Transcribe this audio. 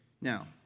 Now